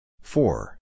four